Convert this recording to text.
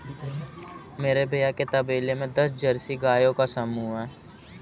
मेरे भैया के तबेले में दस जर्सी गायों का समूह हैं